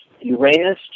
Uranus